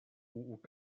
haut